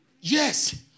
Yes